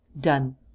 Done